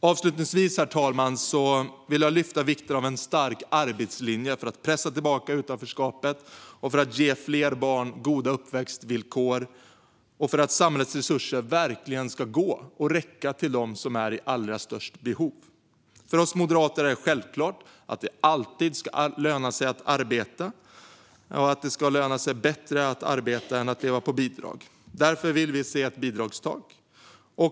Avslutningsvis, herr talman, vill jag lyfta fram vikten av en stark arbetslinje för att pressa tillbaka utanförskapet, för att ge fler barn goda uppväxtvillkor och för att samhällets resurser verkligen ska gå - och räcka - till dem som är i allra störst behov. För oss moderater är det självklart att det alltid ska löna sig bättre att arbeta än att leva på bidrag. Därför vill vi se ett bidragstak.